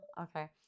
Okay